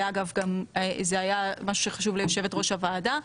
ואגב זה היה משהו שחשוב ליושבת ראש הוועדה,